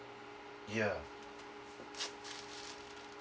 ya